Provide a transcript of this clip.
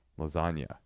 lasagna